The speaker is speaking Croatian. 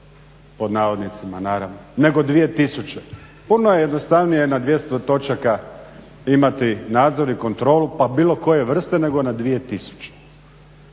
pod navodnicima naravno nego 2000. Puno je jednostavnije nad 200 točaka imati nadzor i kontrolu pa bilo koje vrste nego na 2000.